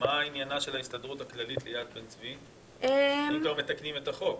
מה עניינה של ההסתדרות הכללית ליד בן-צבי אם כבר מתקנים את החוק?